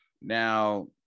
now